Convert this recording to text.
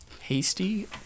Hasty